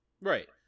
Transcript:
right